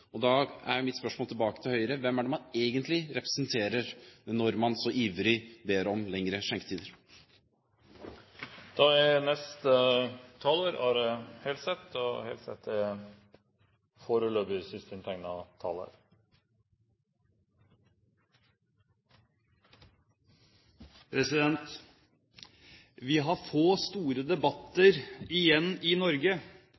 og da er mitt spørsmål til Høyre: Hvem er det man egentlig representerer, når man så ivrig ber om lengre skjenketider? Vi har få store debatter igjen i Norge som engasjerer både hodet og hjertet. De beste debattene i min tid har